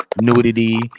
nudity